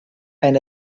ein